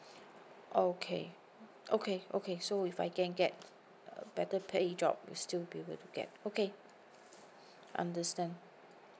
oh okay okay okay so if I can get a better pay job I will still be able to get okay understand